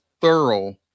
thorough